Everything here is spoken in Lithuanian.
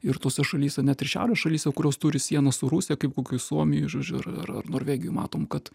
ir tose šalyse net ir šiaurės šalyse kurios turi sieną su rusija kaip kokioj suomijoj žodžiu ar ar norvegijoj matom kad